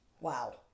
Wow